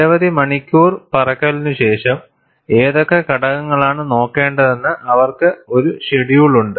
നിരവധി മണിക്കൂർ പറക്കലിനുശേഷം ഏതൊക്കെ ഘടകങ്ങളാണ് നോക്കേണ്ടതെന്ന് അവർക്ക് ഒരു ഷെഡ്യൂൾ ഉണ്ട്